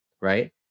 Right